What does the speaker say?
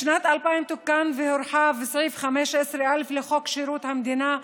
בשנת 2000 תוקן והורחב סעיף 15א לחוק שירות המדינה (מינויים)